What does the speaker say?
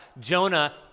Jonah